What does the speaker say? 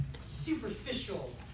superficial